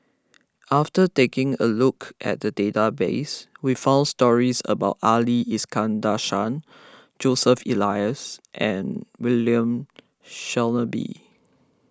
after taking a look at the database we found stories about Ali Iskandar Shah Joseph Elias and William Shellabear